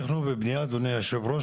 אדוני יושב הראש,